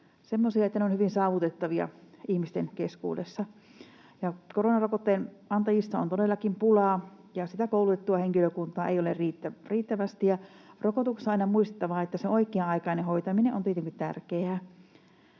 semmoisia, että ne ovat hyvin saavutettavia ihmisten keskuudessa. Koronarokotteen antajista on todellakin pulaa, ja sitä koulutettua henkilökuntaa ei ole riittävästi. Rokotuksissa on aina muistettava, että se oikea-aikainen hoitaminen on tietenkin tärkeää,